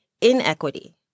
inequity